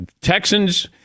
Texans